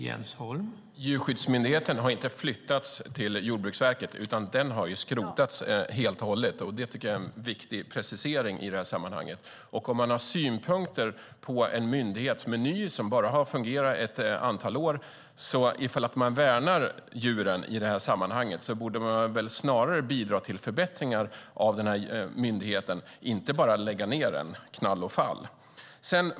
Herr talman! Djurskyddsmyndigheten har inte flyttats till Jordbruksverket, utan den har skrotats helt och hållet. Det är en viktig precisering i sammanhanget. Om man har synpunkter på en myndighet som är ny och har fungerat bara ett antal år, och ifall man värnar djuren, borde man väl snarare bidra till förbättringar av myndigheten i stället för att bara lägga ned den knall och fall.